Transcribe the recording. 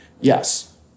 yes